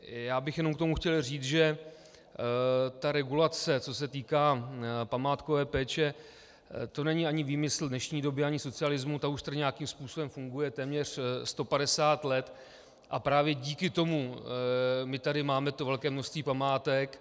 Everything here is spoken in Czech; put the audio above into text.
Já bych jenom k tomu chtěl říct, že ta regulace, co se týká památkové péče, to není ani výmysl dnešní doby, ani socialismu, ta už tady nějakým způsobem funguje téměř 150 let a právě díky tomu tady máme to velké množství památek.